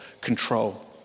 control